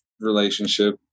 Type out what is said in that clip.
relationship